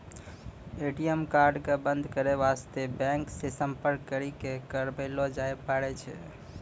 ATM card क बन्द करै बास्ते बैंक से सम्पर्क करी क करबैलो जाबै पारै छै